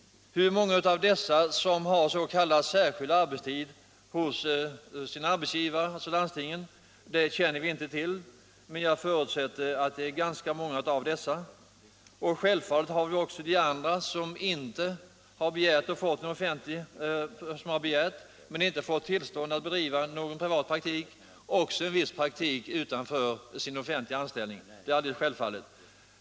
Hur många av dessa som har s.k. särskild arbetstid hos sin arbetsgivare, landstingen, känner vi inte till. Men jag förutsätter att det är ganska många. Självfallet har också de andra, som har begärt men inte fått tillstånd att bedriva någon privatpraktik, viss praktik utanför sin offentliga anställning.